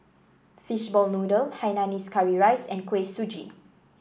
Fishball Noodle Hainanese Curry Rice and Kuih Suji